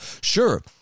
sure